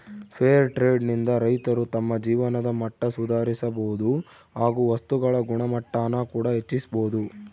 fair trade ನಿಂದ ರೈತರು ತಮ್ಮ ಜೀವನದ ಮಟ್ಟ ಸುಧಾರಿಸಬೋದು ಹಾಗು ವಸ್ತುಗಳ ಗುಣಮಟ್ಟಾನ ಕೂಡ ಹೆಚ್ಚಿಸ್ಬೋದು